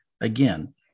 again